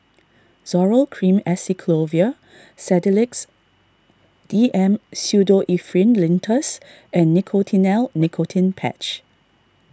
Zoral Cream Acyclovir Sedilix D M Pseudoephrine Linctus and Nicotinell Nicotine Patch